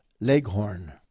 Leghorn